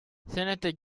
senator